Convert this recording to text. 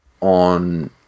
on